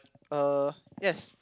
uh yes